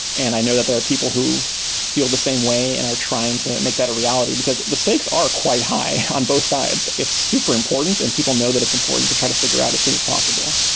and i know that there are people who feel the same way and are trying to and make that a reality, because the stakes are quite high on both sides. it's super important and people know that it's important to try to figure out as soon as possible.